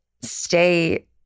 stay